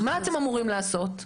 מה אתם אמורים לעשות?